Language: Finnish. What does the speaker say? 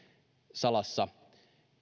salassa